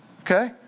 Okay